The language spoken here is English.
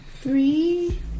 Three